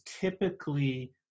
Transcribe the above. typically